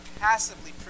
passively